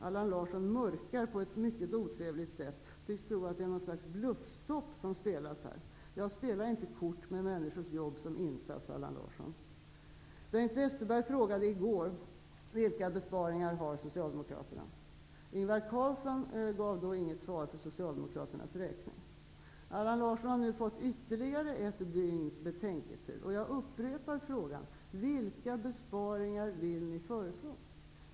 Allan Larsson mörkar på ett mycket otrevligt sätt. Han tycks tro att det är något slags bluffstopp som spelas här. Jag spelar inte kort med människors jobb som insats, Allan Bengt Westerberg frågade i går: Vilka besparingar har Socialdemokraterna? Ingvar Carlsson gav då inget svar för Socialdemokraternas räkning. Allan Larsson har nu fått ytterligare ett dygns betänketid. Jag upprepar frågan: Vilka besparingar vill ni föreslå?